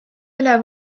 üle